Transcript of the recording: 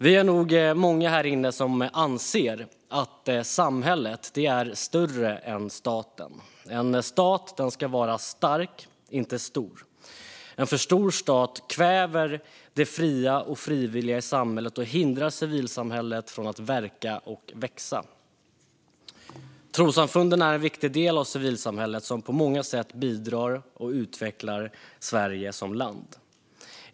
Vi är nog många här inne som anser att samhället är större än staten. En stat ska vara stark, inte stor. En för stor stat kväver det fria och frivilliga i samhället och hindrar civilsamhället från att verka och växa. Trossamfunden är en viktig del av civilsamhället som på många sätt bidrar och utvecklar Sverige som land.